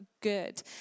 good